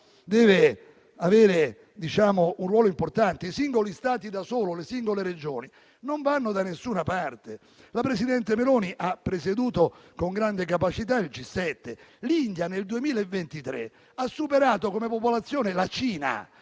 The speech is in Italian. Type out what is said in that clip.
deve avere un ruolo importante: i singoli Stati da soli e le singole Regioni non vanno da nessuna parte. Il presidente Meloni ha presieduto con grande capacità il G7. L'India nel 2023 ha superato come popolazione la Cina: